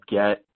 get